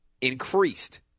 increased